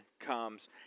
comes